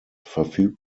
verfügt